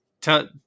Tell